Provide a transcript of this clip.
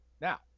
Now